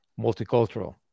multicultural